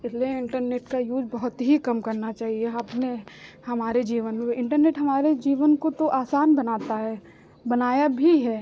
इसलिए इन्टरनेट का यूज़ बहुत ही कम करना चाहिए अपने हमारे जीवन में इन्टरनेट हमारे जीवन को तो आसान बनाता है बनाया भी है